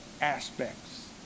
aspects